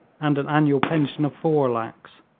and an annual pension of four lakhs.